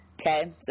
Okay